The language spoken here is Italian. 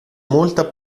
molta